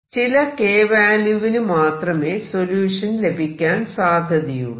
ചില k വാല്യൂവിനു മാത്രമേ സൊല്യൂഷൻ ലഭിക്കാൻ സാധ്യതയുള്ളൂ